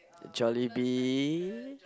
jollibee